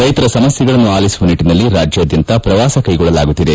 ರೈತರ ಸಮಸ್ನೆಗಳನ್ನು ಆಲಿಸುವ ನಿಟ್ಟನಲ್ಲಿ ರಾಜ್ನಾದ್ಯಂತ ಪ್ರವಾಸ ಕ್ಲೆಗೊಳ್ಳಲಾಗುತ್ತಿದೆ